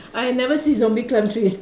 I never see zombie climb trees